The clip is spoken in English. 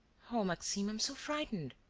oh, maxime, i'm so frightened!